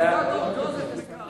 הסנטור ג'וזף מקארתי.